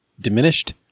diminished